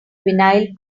vinyl